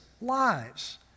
lives